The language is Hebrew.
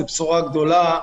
זאת בשורה גדולה.